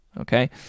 Okay